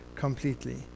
Completely